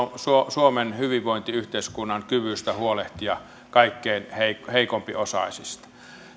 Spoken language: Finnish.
suomen hyvinvointiyhteiskunnan kyvystä huolehtia kaikkein heikko heikko osaisimmista